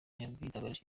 yabitangarije